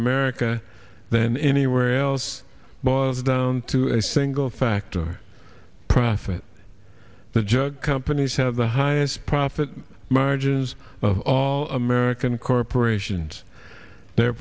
america than anywhere else boils down to a single factor profit the jug companies have the highest profit margins of all american corporations their